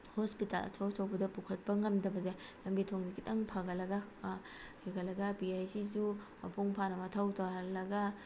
hospital ꯑꯆꯧ ꯑꯆꯧꯕꯗ ꯄꯨꯈꯠꯄ ꯉꯝꯗꯕꯁꯦ ꯂꯝꯕꯤ ꯊꯦꯡꯁꯦ ꯈꯤꯇꯪ ꯐꯒꯠꯂꯒ ꯐꯒꯠꯂꯒ ꯄꯤ ꯑꯩꯁ ꯁꯤꯁꯨ ꯃꯄꯨꯡ ꯐꯥꯅ ꯃꯊꯧ ꯇꯧꯍꯜꯂꯒ